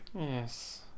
Yes